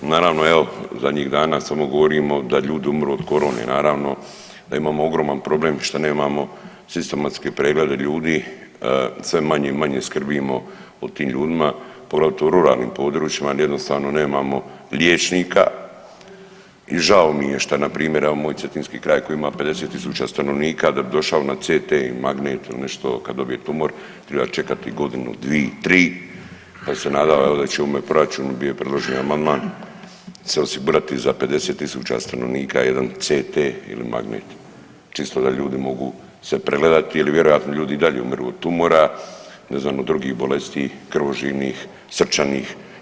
Naravno evo zadnjih dana samo govorimo da ljudi umiru od korone, naravno da imamo ogroman problem što nemamo sistematske preglede ljudi, sve manje i manje skrbimo o tim ljudima, poglavito u ruralnim područjima gdje jednostavno nemamo liječnika i žao mi je šta npr. evo moj cetinski kraj koji ima 50 tisuća stanovnika da bi došao na CT ili magnet ili nešto kad dobije tumor triba čekati godinu, dvi, tri, pa sam se nadao evo da će u ovome proračunu, bio je predložen i amandman se osigurati za 50 tisuća stanovnika jedan CT ili magnet, čisto da ljudi mogu se pregledati jel vjerojatno ljudi i dalje umiru od tumora, ne znam od drugih bolesti krvožilnih, srčanih.